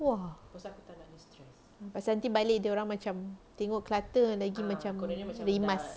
!wah! pasal nanti balik dorang macam tengok clutter lagi macam rimas